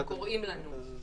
קוראים לנו.